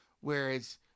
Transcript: whereas